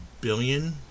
billion